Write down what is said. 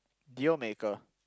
deal maker